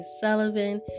Sullivan